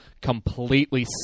completely